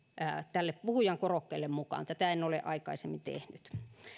tälle puhujankorokkeelle mukaan tätä en ole aikaisemmin tehnyt